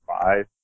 five